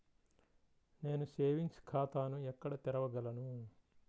నేను సేవింగ్స్ ఖాతాను ఎక్కడ తెరవగలను?